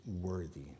worthy